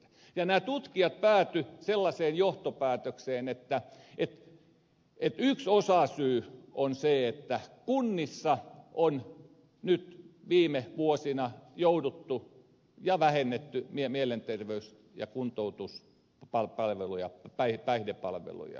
ja nämä tutkijat päätyivät sellaiseen johtopäätökseen että yksi osasyy on se että kunnissa on nyt viime vuosina jouduttu vähentämään ja on vähennetty mielenterveys ja päihdepalveluja